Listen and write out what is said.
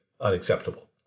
unacceptable